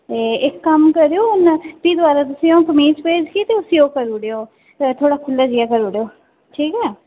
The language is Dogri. एह् इक कम्म करेओ में भी दोवारै तुसें ई कमीज भेजगी तुस उस्सी ओह् करी ओड़ेओ थोह्ड़ा खु'ल्ला जेहा करी ओड़ेओ ठीक ऐ